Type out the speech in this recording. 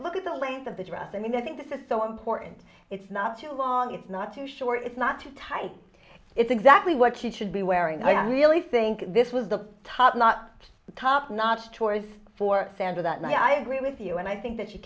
look at the length of the dress i mean i think this is so important it's not too long it's not too short it's not just tight it's exactly what she should be wearing i really think this was the top not the top notch choice for sandra that and i agree with you and i think that she